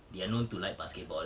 they are known to like basketball